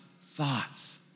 thoughts